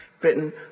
Britain